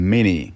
Mini